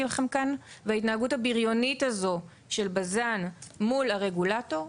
לכאן כאן וההתנהגות הבריונית הזו של בז"ן מול הרגולטור,